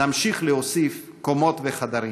נמשיך להוסיף קומות וחדרים.